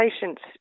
patients